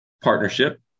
partnership